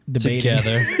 together